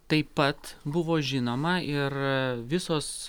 taip pat buvo žinoma ir visos